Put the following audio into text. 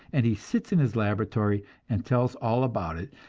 and he sits in his laboratory and tells all about it,